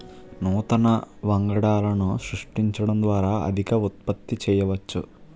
నూతన వంగడాలను సృష్టించడం ద్వారా అధిక ఉత్పత్తి చేయవచ్చు